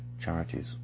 charities